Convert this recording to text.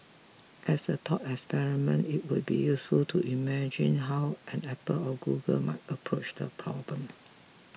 as a thought experiment it would be useful to imagine how an Apple or Google might approach the problem